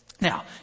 Now